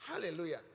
Hallelujah